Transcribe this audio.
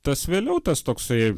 tas vėliau tas toksai